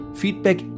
Feedback